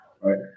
right